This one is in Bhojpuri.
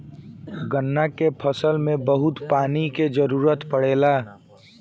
गन्ना के फसल में बहुत पानी के जरूरत पड़ेला